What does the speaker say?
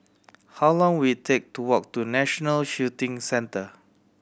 how long will it take to walk to National Shooting Centre